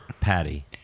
patty